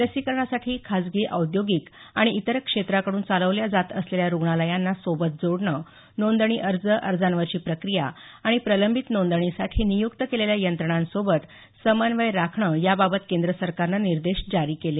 लसीकरणासाठी खाजगी औद्योगिक आणि इतर क्षेत्राकडून चालवल्या जात असलेल्या रुग्णालयांना सोबत जोडणं नोंदणी अर्ज अर्जांवरची प्रक्रिया आणि प्रलंबित नोंदणीसाठी नियुक्त केलेल्या यंत्रणांसोबत समन्वय राखणं या बाबत केंद्र सरकारनं निर्देश जारी केले